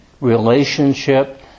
relationship